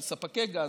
של ספקי גז,